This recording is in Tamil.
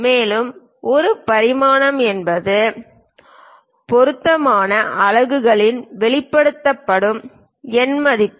மேலும் ஒரு பரிமாணம் என்பது பொருத்தமான அலகுகளில் வெளிப்படுத்தப்படும் ஒரு எண் மதிப்பு